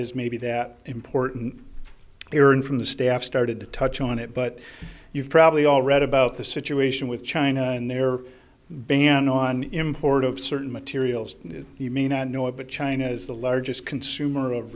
ise maybe that important hearing from the staff started to touch on it but you've probably already about the situation with china and their ban on import of certain materials you may not know about china is the largest consumer of